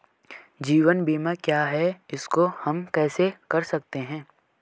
जीवन बीमा क्या है इसको हम कैसे कर सकते हैं?